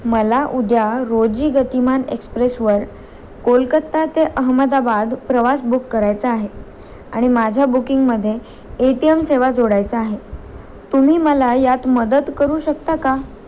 मला उद्या रोजी गतिमान एक्सप्रेसवर कोलकत्ता ते अहमदाबाद प्रवास बुक करायचा आहे आणि माझ्या बुकिंगमध्ये ए टी एम सेवा जोडायचा आहे तुम्ही मला यात मदत करू शकता का